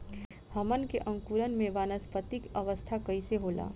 हमन के अंकुरण में वानस्पतिक अवस्था कइसे होला?